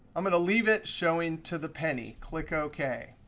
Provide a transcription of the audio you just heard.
i'm going to leave it showing to the penny. click ok.